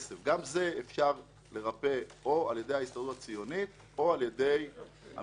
גם זה אפשר לרפא או על-ידי ההסתדרות הציונית או על-ידי הממונה.